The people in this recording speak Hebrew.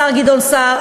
השר גדעון סער,